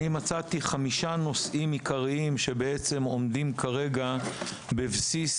אני מצאתי חמישה נושאים עיקריים שבעצם עומדים כרגע בבסיס